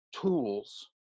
tools